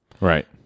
Right